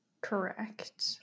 Correct